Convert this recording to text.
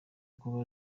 kuba